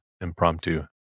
impromptu